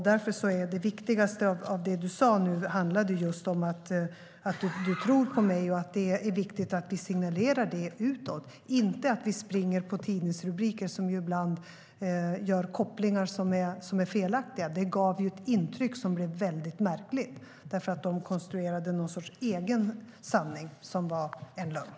Det viktigaste av vad Allan Widman säger handlar om att han tror på mig och att det är viktigt att signalera det utåt. Vi ska inte springa på tidningsrubriker som ibland leder till felaktiga kopplingar. Rubriken gav ett märkligt intryck eftersom Expressen konstruerade någon sorts egen sanning som var en lögn.